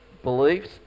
beliefs